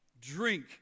drink